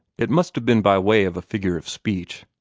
it must have been by way of a figure of speech,